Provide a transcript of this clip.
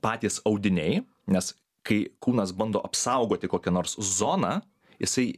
patys audiniai nes kai kūnas bando apsaugoti kokią nors zoną jisai